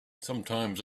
sometimes